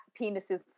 penises